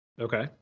Okay